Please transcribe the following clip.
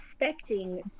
expecting